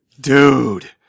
Dude